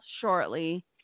shortly